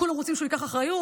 כולם רוצים שהוא ייקח אחריות,